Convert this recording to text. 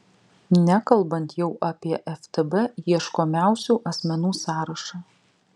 nekalbant jau apie ftb ieškomiausių asmenų sąrašą